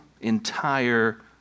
entire